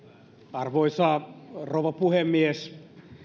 arvoisa rouva puhemies